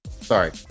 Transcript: Sorry